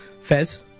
Fez